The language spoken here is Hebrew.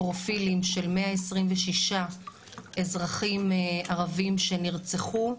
פרופילים של 126 אזרחים ערבים שנרצחו.